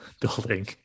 building